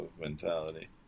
mentality